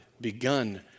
begun